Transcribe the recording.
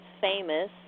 famous